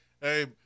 Hey